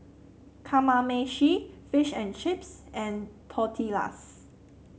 Kamameshi Fish and Chips and Tortillas